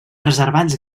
reservats